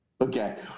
Okay